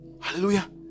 hallelujah